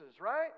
right